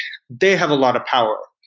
they have a lot of power.